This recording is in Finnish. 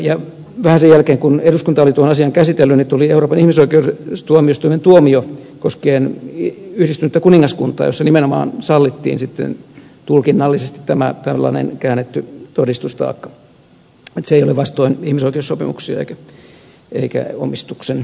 vähän sen jälkeen kun eduskunta oli tuon asian käsitellyt tuli euroopan ihmisoikeustuomioistuimen tuomio koskien yhdistynyttä kuningaskuntaa jossa nimenomaan sallittiin tulkinnallisesti tämä tällainen käännetty todistustaakka että se ei ole vastoin ihmisoikeussopimuksia eikä omistuksen suojaa